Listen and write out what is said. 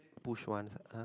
push once uh